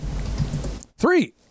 Three